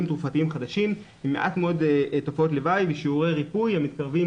תרופתיים חדשים עם מעט מאוד תופעות לוואי ושיעורי ריפוי המתקרבים,